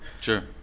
Sure